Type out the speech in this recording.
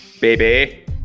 Baby